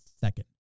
second